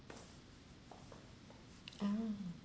oh